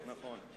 נכון.